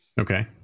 Okay